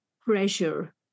pressure